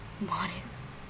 modest